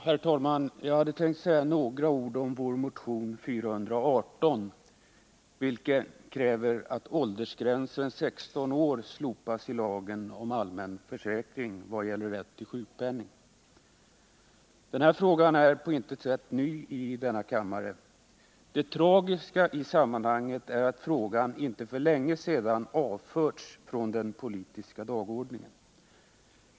Herr talman! Jag tänker säga några ord om vår motion 418, där vi kräver att åldersgränsen 16 år slopas i lagen om allmän försäkring vad gäller rätt till sjukpenning. Den här frågan är på intet sätt ny i denna kammare. Det tragiska i sammanhanget är att den inte för länge sedan avförts från den politiska dagordningen.